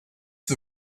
the